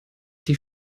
die